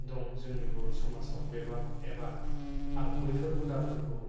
दं जोंनि बर समाजाव एबा बैफोर हुदाफोरखौ